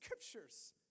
scriptures